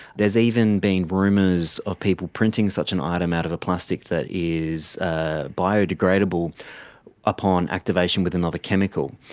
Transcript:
there has even been rumours of people printing such an item out of a plastic that is ah biodegradable upon activation with another chemical.